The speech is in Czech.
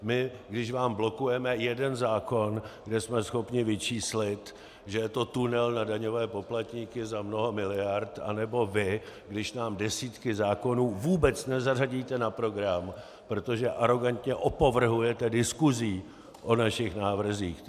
My, když vám blokujeme jeden zákon, kde jsme schopni vyčíslit, že to je tunel na daňové poplatníky za mnoho miliard, anebo vy, když nám desítky zákonů vůbec nezařadíte na program, protože arogantně opovrhujete diskusí o našich návrzích?